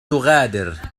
تغادر